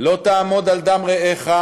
ו"לא תעמוד על דם רעיך"